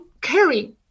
carry